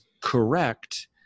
correct